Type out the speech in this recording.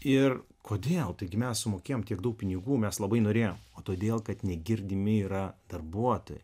ir kodėl taigi mes sumokėjom tiek daug pinigų mes labai norėjo o todėl kad negirdimi yra darbuotojai